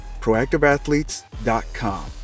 proactiveathletes.com